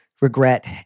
regret